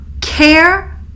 care